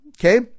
Okay